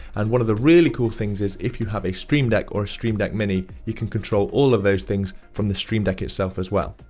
and one of the really cool things is if you have a stream deck or a stream deck mini, you can control all of those things from the stream deck itself, as well.